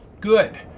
Good